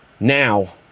Now